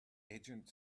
agent